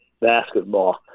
basketball